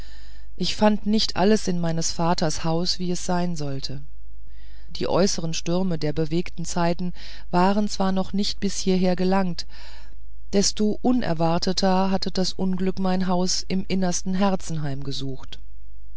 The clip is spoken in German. ich fand nicht alles in meines vaters hause wie es sein sollte die äußeren stürme der bewegten zeit waren zwar noch nicht bis hieher gelangt desto unerwarteter hatte das unglück mein haus im innersten herzen heimgesucht